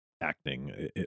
acting